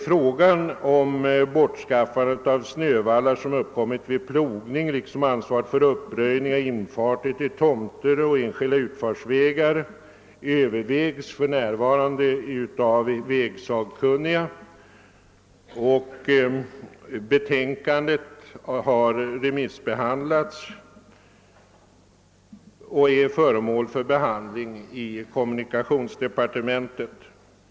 Frågan om bortskaffandet av snövallar som uppstått vid plogning liksom ansvaret för uppröjning av infarter till tomter och enskilda utfartsvägar har övervägts av vägsakkunniga, vilkas betänkande har remissbehandlats och är för närvarande föremål för beredning i kommunikationsdepartementet.